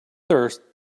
thirst